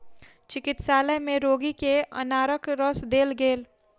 चिकित्सालय में रोगी के अनारक रस देल गेल